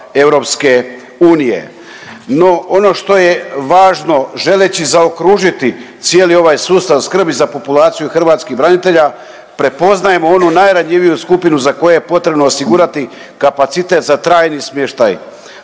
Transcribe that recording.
fondova EU. No, ono što je važno, želeći zaokružiti cijeli ovaj sustav skrbi za populaciju hrvatskih branitelja, prepoznajemo onu najranjiviju skupinu za koje je potrebno osigurati kapacitete za trajni smještaj.